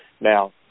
Now